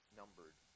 numbered